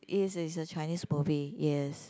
it is a Chinese movie yes